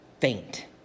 faint